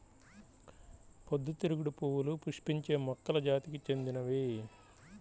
పొద్దుతిరుగుడు పువ్వులు పుష్పించే మొక్కల జాతికి చెందినవి